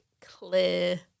clear